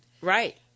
Right